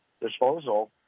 disposal